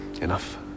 enough